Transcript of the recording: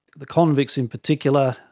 the convicts in particular,